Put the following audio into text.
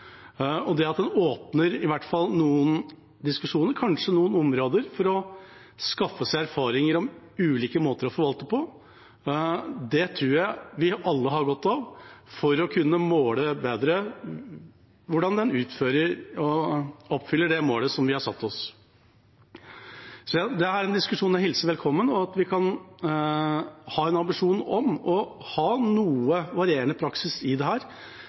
og i hvert fall det at man åpner for diskusjon om noen områder for å skaffe seg erfaring om ulike måter å forvalte på, tror jeg vi alle har godt av for å kunne måle bedre hvordan de utfører og oppfyller det målet vi har satt oss. Så dette er en diskusjon jeg hilser velkommen – at vi kan ha en ambisjon om å ha noe varierende praksis i